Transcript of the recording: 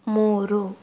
ಮೂರು